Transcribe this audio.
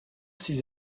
six